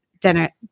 dinner